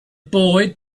boy